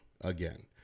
again